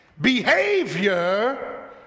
behavior